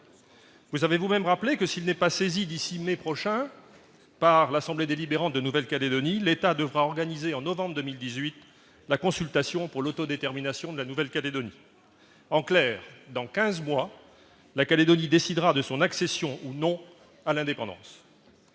vous avez vous-même rappelé que s'il n'est pas saisi d'ici mes prochains par l'assemblée délibérante de Nouvelle-Calédonie, l'État devra organiser en novembre 2018 la consultation pour l'autodétermination de la Nouvelle-Calédonie, en clair, dans 15 mois la Calédonie décidera de son accession ou non à l'indépendance,